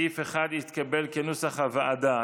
סעיף 1 התקבל כנוסח הוועדה.